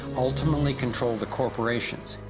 ultimately control the corporations.